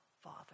Father